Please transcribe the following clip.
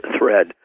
thread